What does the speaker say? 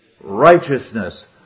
righteousness